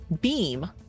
beam